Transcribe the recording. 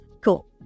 cool